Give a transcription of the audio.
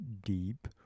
deep